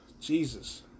Jesus